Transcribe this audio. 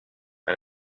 and